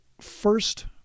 first